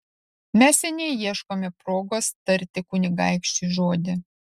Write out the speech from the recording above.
mes seniai ieškome progos tarti kunigaikščiui žodį